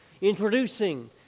Introducing